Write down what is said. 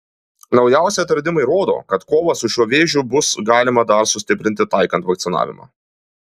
naujausi atradimai rodo kad kovą su šiuo vėžiu bus galima dar sustiprinti taikant vakcinavimą